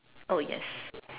oh yes